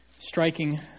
striking